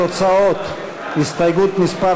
התוצאות, הסתייגות מס'